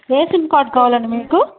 ఏ sim card కావాలండి మీకు